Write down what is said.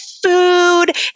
food